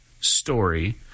story